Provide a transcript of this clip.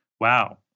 wow